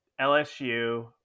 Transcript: LSU